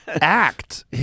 act